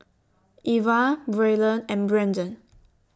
Eva Braylon and Branden